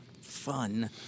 fun